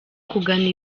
kugana